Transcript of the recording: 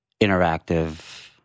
interactive